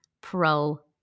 pro